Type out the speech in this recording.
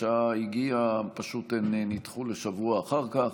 והשעה הגיעה הן פשוט נדחו לשבוע אחר כך.